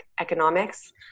economics